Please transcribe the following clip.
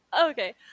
Okay